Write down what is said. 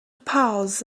pause